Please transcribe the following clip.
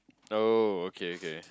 oh okay okay